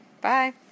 Bye